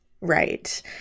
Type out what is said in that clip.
Right